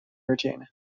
routine